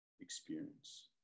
experience